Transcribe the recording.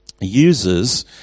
uses